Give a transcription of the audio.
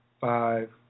five